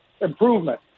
improvement